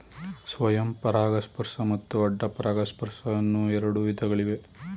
ಸ್ವಯಂ ಪರಾಗಸ್ಪರ್ಶ ಮತ್ತು ಅಡ್ಡ ಪರಾಗಸ್ಪರ್ಶ ಅನ್ನೂ ಎರಡು ವಿಧಗಳಿವೆ